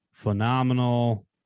phenomenal